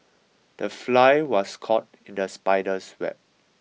the fly was caught in the spider's web